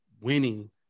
winning